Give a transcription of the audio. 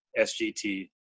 SGT